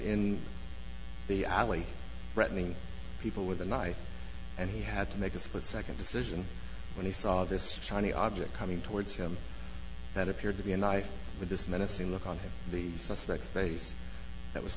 in the alley threatening people with a knife and he had to make a split second decision when he saw this chinee object coming towards him that appeared to be a knife with this menacing look on the suspects face that was